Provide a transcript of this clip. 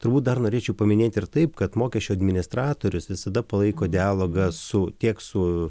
turbūt dar norėčiau paminėti ir taip kad mokesčių administratorius visada palaiko dialogą su tiek su